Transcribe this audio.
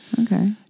Okay